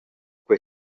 quei